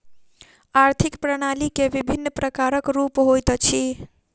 आर्थिक प्रणाली के विभिन्न प्रकारक रूप होइत अछि